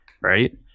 Right